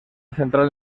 central